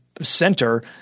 center